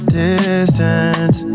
distance